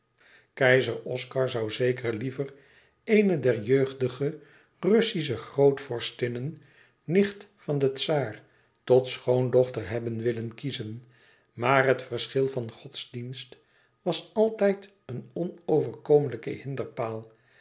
keizer oscar zoû zeker liever eene der jeugdige russische grootvorstinnen nicht van den czaar tot schoondochter hebben willen kiezen maar het verschil van godsdienst was altijd een onoverkomelijke hinderpaal